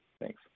Thanks